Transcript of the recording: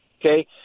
Okay